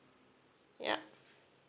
ya